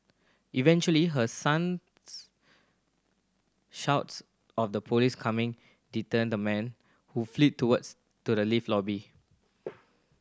eventually her son's shouts of the police coming deterred the man who fled towards to the lift lobby